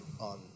on